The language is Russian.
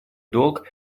долг